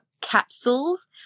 capsules